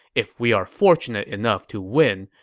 if we are fortunate enough to win,